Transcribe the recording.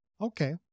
Okay